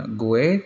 gue